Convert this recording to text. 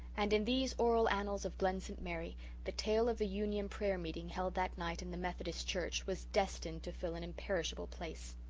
and in these oral annals of glen st. mary the tale of the union prayer-meeting held that night in the methodist church was destined to fill an imperishable place.